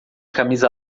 camisa